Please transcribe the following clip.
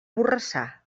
borrassà